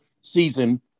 season